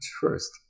first